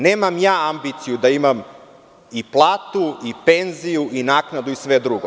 Nemam ja ambiciju da imam i platu i penziju i naknadu i sve drugo.